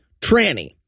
tranny